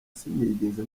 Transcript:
sinigeze